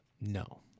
No